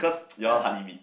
ya